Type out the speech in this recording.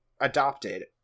adopted